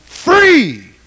Free